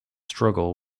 struggle